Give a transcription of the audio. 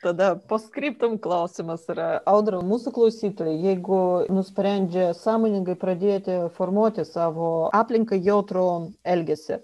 tada post scriptum klausimas yra audra mūsų klausytojai jeigu nusprendžia sąmoningai pradėti formuoti savo aplinkai jautrų elgesį